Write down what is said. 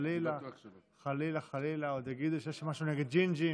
חבר הכנסת יצחק פינדרוס, אינו נוכח.